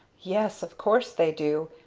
yes, of course they do.